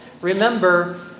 Remember